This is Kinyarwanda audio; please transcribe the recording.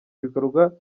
bikorwa